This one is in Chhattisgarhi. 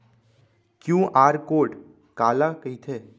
क्यू.आर कोड काला कहिथे?